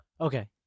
Okay